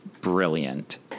brilliant